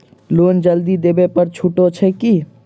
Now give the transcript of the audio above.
Loan जल्दी देबै पर छुटो छैक की?